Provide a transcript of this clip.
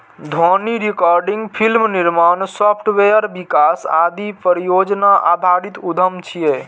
ध्वनि recording, film निर्माण, software विकास आदि परियोजना आधारित उद्यम छियै